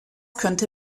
könnte